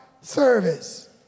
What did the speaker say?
service